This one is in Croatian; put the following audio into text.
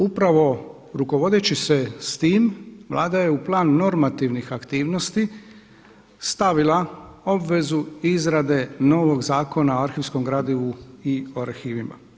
Upravo rukovodeći se sa time Vlada je u plan normativnih aktivnosti stavila obvezu izrade novog Zakona o arhivskom gradivu i o arhivima.